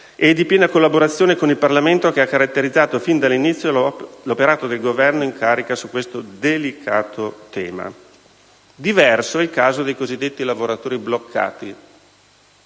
e di piena collaborazione con il Parlamento che ha caratterizzato fin dall'inizio l'operato del Governo in carica su questo delicato tema. Diverso è il caso dei cosiddetti lavoratori bloccati.